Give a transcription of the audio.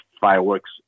fireworks